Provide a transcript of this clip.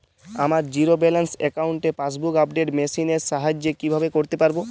আমার zero balance অ্যাকাউন্টে passbook update machine এর সাহায্যে কীভাবে করতে পারব?